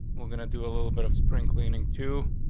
we're gonna do a little bit of spring cleaning, too.